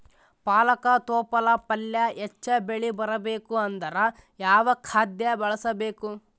ಪಾಲಕ ತೊಪಲ ಪಲ್ಯ ಹೆಚ್ಚ ಬೆಳಿ ಬರಬೇಕು ಅಂದರ ಯಾವ ಖಾದ್ಯ ಬಳಸಬೇಕು?